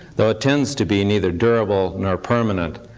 though it tends to be neither durable nor permanent,